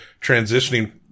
transitioning